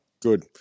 Good